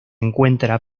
encuentra